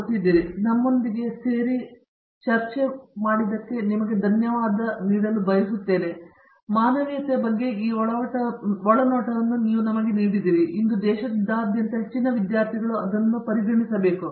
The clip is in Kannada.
ಹಾಗಾಗಿ ನಮ್ಮೊಂದಿಗೆ ಸೇರ್ಪಡೆಗೊಳ್ಳಲು ನಾನು ನಿಮಗೆ ಧನ್ಯವಾದ ಕೊಡಲು ಬಯಸುತ್ತೇನೆ ಮತ್ತು ಮಾನವೀಯತೆಯ ಬಗ್ಗೆ ಈ ಒಳನೋಟವನ್ನು ನೀಡುವುದು ನಿಮಗೆ ತಿಳಿದಿದೆ ಇದು ದೇಶದಾದ್ಯಂತ ಹೆಚ್ಚಿನ ವಿದ್ಯಾರ್ಥಿಗಳು ಅದನ್ನು ನೋಡಬೇಕು